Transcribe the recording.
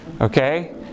okay